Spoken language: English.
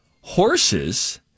Horses